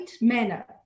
manner